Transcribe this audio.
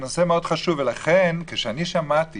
ולכן כשאני שמעתי